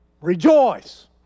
Rejoice